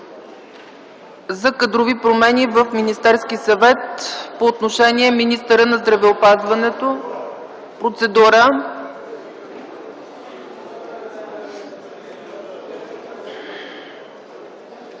за кадрови промени в Министерския съвет по отношение министъра на здравеопазването. За процедура?